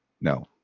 No